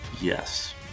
yes